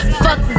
fuck